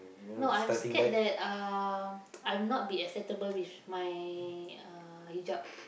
no I'm scared that uh I'm not be acceptable with my uh hijab